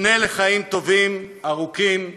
נפנה לחיים טובים וארוכים ולשלום.